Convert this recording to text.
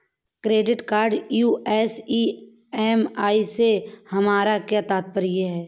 Credit card US EMI से हमारा क्या तात्पर्य है?